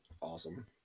awesome